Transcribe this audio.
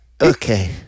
Okay